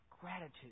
gratitude